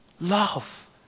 Love